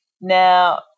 Now